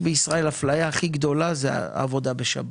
האפליה הכי גדולה בישראל זו העבודה בשבת.